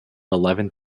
eleven